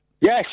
Yes